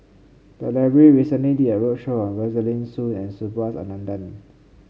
the library recently did a roadshow on Rosaline Soon and Subhas Anandan